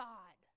God